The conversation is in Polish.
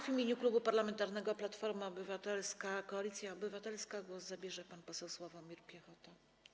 W imieniu Klubu Parlamentarnego Platforma Obywatelska - Koalicja Obywatelska głos zabierze pan poseł Sławomir Piechota.